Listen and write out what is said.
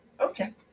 Okay